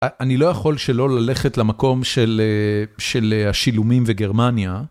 אני לא יכול שלא ללכת למקום של השילומים בגרמניה.